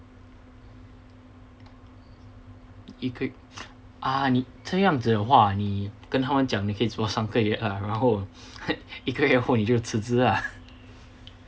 一个啊你这样子的话你跟他们讲你可以做三个月啦然后一个月后你就辞职啦